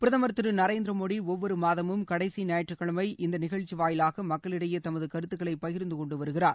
பிரதமர் திரு நரேந்திர மோடி ஒவ்வொறு மாதமும் கடடசி ஞாயிற்றுக்கிழமை இந்த நிகழ்ச்சி வாயிலாக மக்களிடையே தமது கருத்துக்களை பகிர்ந்துக்கொண்டு வருகிறார்